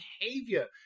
behavior